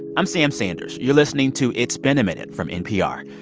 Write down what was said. i'm sam sanders. you're listening to it's been a minute from npr.